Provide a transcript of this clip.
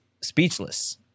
speechless